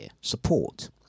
support